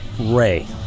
Ray